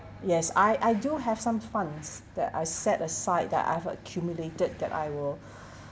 yes I I do have some funds that I set aside that I've accumulated that I will